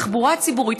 תחבורה ציבורית.